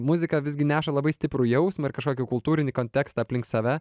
muzika visgi neša labai stiprų jausmą ir kažkokį kultūrinį kontekstą aplink save